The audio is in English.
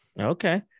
okay